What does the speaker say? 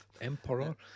Emperor